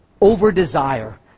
Over-desire